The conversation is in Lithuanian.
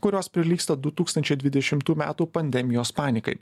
kurios prilygsta du tūkstančiai dvidešimtų metų pandemijos panikai